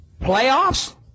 Playoffs